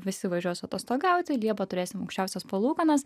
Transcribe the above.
visi važiuos atostogauti liepą turėsim aukščiausias palūkanas